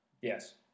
Yes